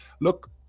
look